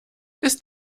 ist